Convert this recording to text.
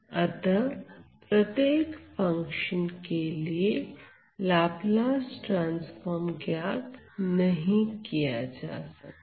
अतः प्रत्येक फंक्शन के लिए लाप्लास ट्रांसफार्म ज्ञात नहीं किया जा सकता